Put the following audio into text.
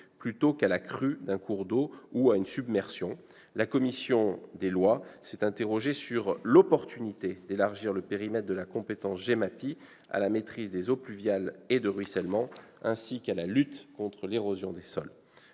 plutôt qu'à la crue d'un cours d'eau ou à une submersion, elle s'est interrogée sur l'opportunité d'élargir le périmètre de la compétence GEMAPI à la maîtrise des eaux pluviales et de ruissellement, ainsi qu'à la lutte contre l'érosion des sols.